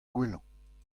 gwellañ